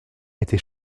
était